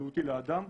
בריאותי לאדם,